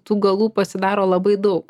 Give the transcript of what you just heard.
tų galų pasidaro labai daug